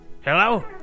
hello